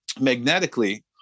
magnetically